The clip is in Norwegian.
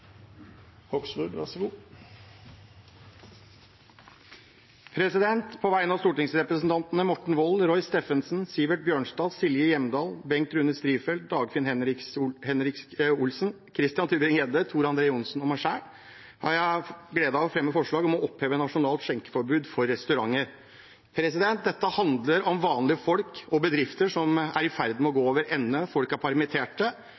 Hoksrud vil framsette et representantforslag. På vegne av stortingsrepresentantene Morten Wold, Roy Steffensen, Sivert Bjørnstad, Silje Hjemdal, Bengt Rune Strifeldt, Dagfinn Henrik Olsen, Christian Tybring-Gjedde, Tor André Johnsen og meg selv har jeg gleden av å fremme et forslag om å oppheve nasjonalt skjenkeforbud for restauranter. Dette handler om vanlige folk og bedrifter som er i ferd med å